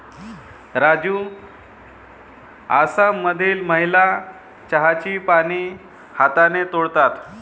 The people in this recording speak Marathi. राजू आसाममधील महिला चहाची पाने हाताने तोडतात